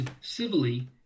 civilly